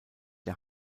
der